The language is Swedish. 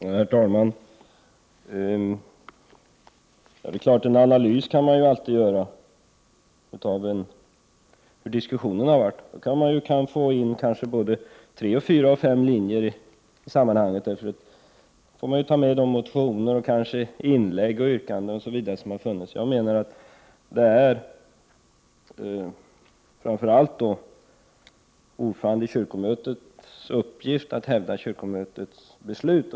Herr talman! Det är klart att man alltid kan göra en analys av hur diskussionen har varit. Då kan man kanske få in både tre, fyra och fem linjer, eftersom man får ta med motioner, inlägg, yrkanden osv. som har förekommit. Jag menar dock att det är en uppgift för ordföranden i kyrkomötet att framför allt hävda kyrkomötets beslut.